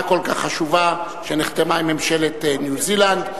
כל כך חשובה שנחתמה עם ממשלת ניו-זילנד.